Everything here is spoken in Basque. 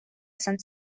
esan